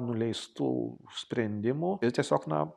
nuleistų sprendimų ir tiesiog na